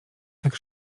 tak